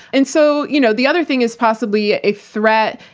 and so, you know the other thing is possibly a threat,